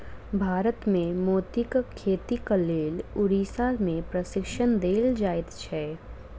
भारत मे मोतीक खेतीक लेल उड़ीसा मे प्रशिक्षण देल जाइत छै